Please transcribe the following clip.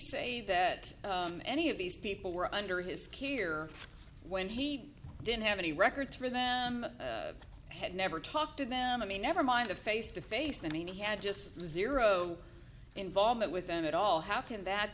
say that any of these people were under his care when he didn't have any records for them had never talked to them i mean never mind the face to face i mean he had just was ear oh involvement with them at all how can that